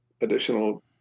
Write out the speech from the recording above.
additional